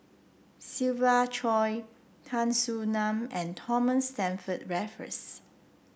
Siva Choy Tan Soo Nan and Thomas Stamford Raffles